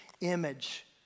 image